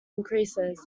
increases